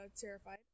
terrified